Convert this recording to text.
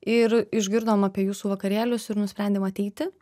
ir išgirdom apie jūsų vakarėlius ir nusprendėm ateiti